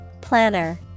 Planner